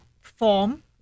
form